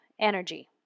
energy